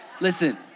listen